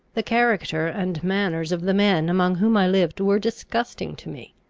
the character and manners of the men among whom i lived were disgusting to me.